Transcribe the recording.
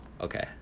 okay